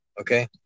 Okay